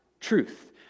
Truth